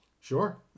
Sure